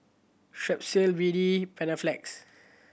Strepsil B D Panaflex